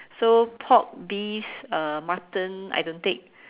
so pork beef uh mutton I don't take